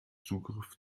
zugriff